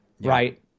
right